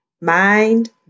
mind